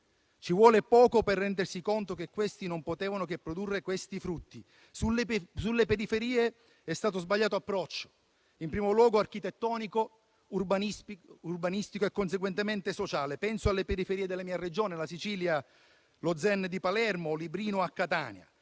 Ci vuole poco per rendersi conto che questi non potevano che produrre questi frutti. Sulle periferie è stato sbagliato approccio, in primo luogo architettonico, urbanistico e conseguentemente sociale. Penso alle periferie della mia Regione, la Sicilia, alla ZEN di Palermo o a Librino a Catania: